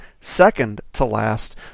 second-to-last